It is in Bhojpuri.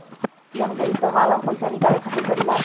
ए.टी.एम क इस्तेमाल हम पइसा निकाले खातिर करीला